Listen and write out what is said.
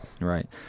Right